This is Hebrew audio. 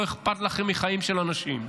לא אכפת לכם מחיים של אנשים.